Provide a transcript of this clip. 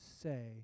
say